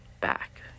back